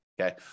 Okay